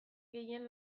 gehien